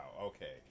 okay